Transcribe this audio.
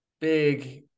big